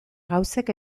gauzek